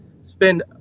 spend –